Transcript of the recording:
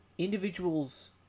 individuals